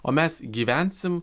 o mes gyvensim